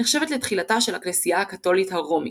נחשבת לתחילתה של הכנסייה הקתולית הרומית,